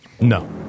No